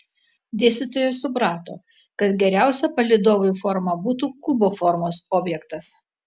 dėstytojas suprato kad geriausia palydovui forma būtų kubo formos objektas